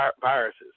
viruses